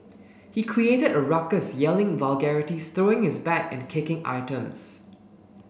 he created a ruckus yelling vulgarities throwing his bag and kicking items